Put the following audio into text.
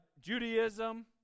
Judaism